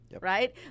right